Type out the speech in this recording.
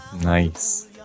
Nice